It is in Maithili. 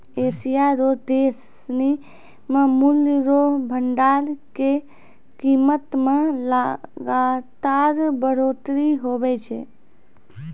एशिया रो देश सिनी मे मूल्य रो भंडार के कीमत मे लगातार बढ़ोतरी हुवै छै